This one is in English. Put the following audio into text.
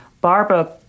Barbara